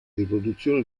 riproduzione